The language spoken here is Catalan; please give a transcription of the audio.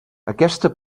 aquesta